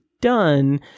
done